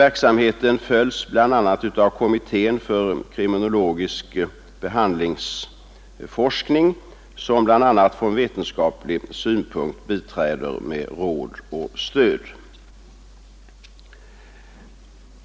Verksamheten följs också av kommittén för kriminologisk behandlingsforskning, som bl.a. från vetenskaplig synpunkt biträder med råd och stöd.